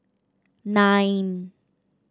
nine